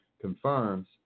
confirms